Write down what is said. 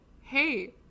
hey